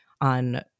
on